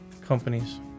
companies